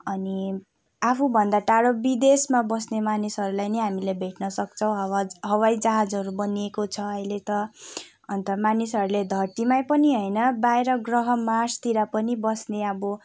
अनि आफूभन्दा टाढो विदेशमा बस्ने मानिसहरूलाई पनि हामीले भेट्नसक्छौँ हवाई हवाई जहाजहरू बनिएको छ अहिले त अन्त मानिसहरूले धरतीमै पनि होइन बाहिर ग्रह मार्सतिर पनि बस्ने अब